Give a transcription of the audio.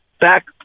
back